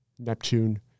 Neptune